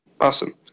Awesome